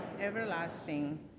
everlasting